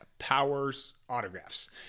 powersautographs